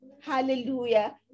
Hallelujah